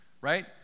right